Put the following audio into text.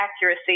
accuracy